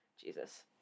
Jesus